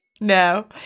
No